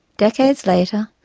decades later,